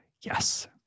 Yes